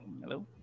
Hello